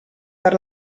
per